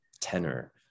tenor